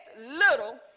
little